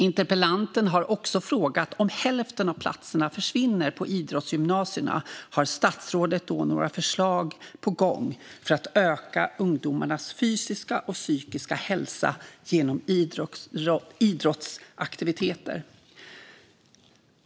Interpellanten har också frågat: Om hälften av platserna försvinner på idrottsgymnasierna, har statsrådet då några förslag på gång för att öka ungdomarnas fysiska och psykiska hälsa genom idrottsaktiviteter?